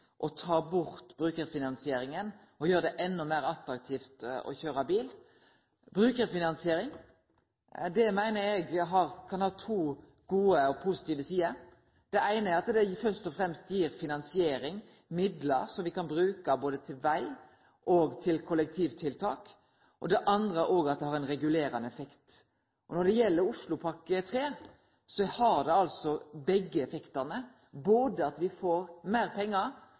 å ta bort brukarfinansieringa og gjere det enda meir attraktivt å kjøre bil. Brukarfinansiering meiner eg kan ha to gode og positive sider. Det eine er at det først og fremst gir finansiering, midlar, som me kan bruke til både veg og kollektivtiltak. Det andre er at det har ein regulerande effekt. Når det gjeld Oslopakke 3, har ein begge effektane – både at me får meir pengar